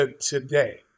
today